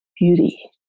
beauty